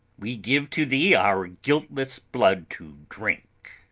we give to thee our guiltless blood to drink.